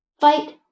Fight